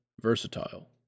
Versatile